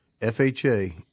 FHA